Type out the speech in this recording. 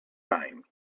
time